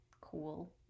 cool